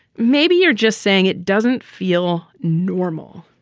maybe you're just saying it doesn't feel normal.